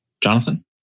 Jonathan